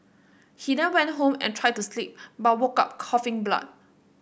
he then went home and tried to sleep but woke up coughing blood